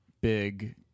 big